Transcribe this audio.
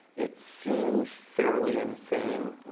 it seemed fairly insane.